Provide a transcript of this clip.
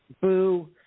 Boo